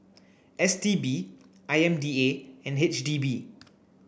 S T B I M D A and H D B